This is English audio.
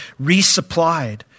resupplied